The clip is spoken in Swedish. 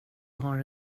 har